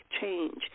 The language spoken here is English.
change